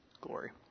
glory